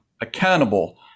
accountable